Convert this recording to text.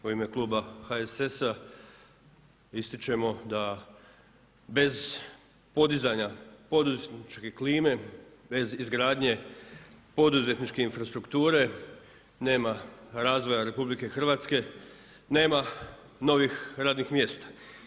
U ime Kluba HSS-a, ističemo da bez podizanja poduzetničke klime, bez izgradnje poduzetničke infrastrukture, nema razvoja RH, nema novih radnih mjesta.